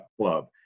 Club